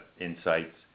insights